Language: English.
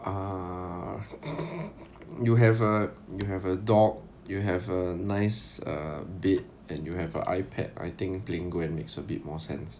ah you have a you have a dog you have a nice uh bed and you have a ipad I think playing gwen makes a bit more sense